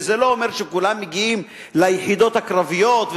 וזה לא אומר שכולם מגיעים ליחידות הקרביות,